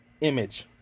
image